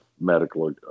medical